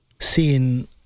seeing